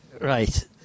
Right